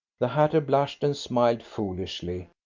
the hatter blushed and smiled foolishly.